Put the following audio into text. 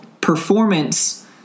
performance